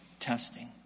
Testing